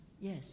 Yes